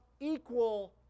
equal